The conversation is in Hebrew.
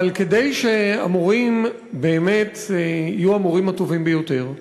אבל כדי שהמורים באמת יהיו המורים הטובים ביותר,